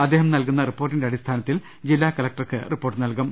അദ്ദേഹം നൽകുന്ന റിപ്പോർട്ടിന്റെ അടിസ്ഥാനത്തിൽ ജില്ലാ കല ക്ടർക്ക് റിപ്പോർട്ട് നൽകും